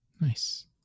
nice